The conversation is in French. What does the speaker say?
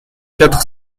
quatre